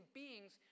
beings